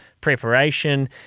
preparation